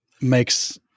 Makes